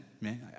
man